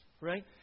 right